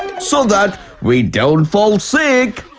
so that we don't fall sick!